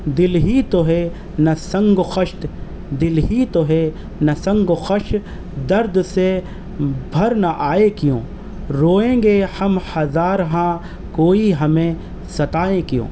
دل ہی تو ہے نہ سنگ و خشت دل ہی تو ہے نہ سنگ و خشت درد سے بھر نہ آئے کیوں روئیں گے ہم ہزارہا کوئی ہمیں ستائے کیوں